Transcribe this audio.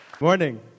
morning